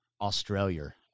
Australia